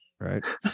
Right